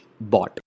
bot